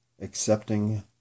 accepting